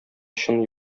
чын